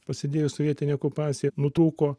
prasidėjo sovietinė okupacija nutrūko